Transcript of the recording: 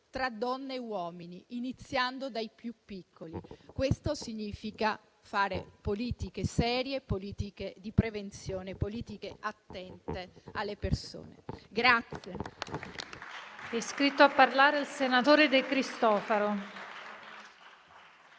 tra donne e uomini, iniziando dai più piccoli. Questo significa fare politiche serie, politiche di prevenzione, politiche attente alle persone.